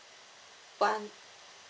want